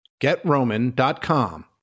GetRoman.com